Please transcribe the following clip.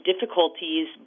difficulties